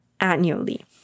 annually